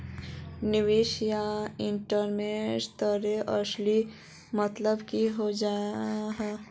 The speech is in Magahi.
निवेश या इन्वेस्टमेंट तेर असली मतलब की जाहा?